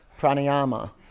pranayama